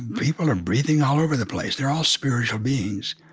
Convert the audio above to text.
people are breathing all over the place. they're all spiritual beings,